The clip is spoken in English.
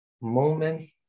Moment